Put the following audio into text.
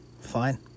Fine